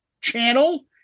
channel